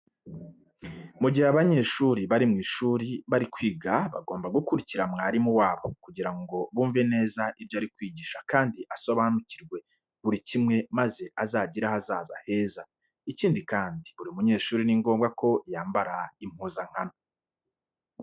Mu gihe abanyeshuri bari mu ishuri bari kwiga bagomba gukurikira mwarimu wabo kugira ngo bumve neza ibyo ari kwigisha kandi asobanukirwe buri kimwe maze azagire ahazaza heza. Ikindi kandi buri munyeshuri ni ngombwa ko yambara impuzankano.